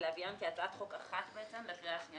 ולהביאן כהצעת חוק אחת לקריאה השנייה